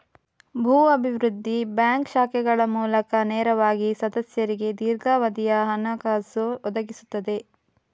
ಭೂ ಅಭಿವೃದ್ಧಿ ಬ್ಯಾಂಕ್ ಶಾಖೆಗಳ ಮೂಲಕ ನೇರವಾಗಿ ಸದಸ್ಯರಿಗೆ ದೀರ್ಘಾವಧಿಯ ಹಣಕಾಸು ಒದಗಿಸುತ್ತದೆ